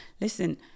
listen